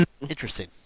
Interesting